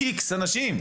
זה לצרכי השירות,